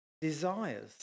desires